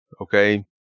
Okay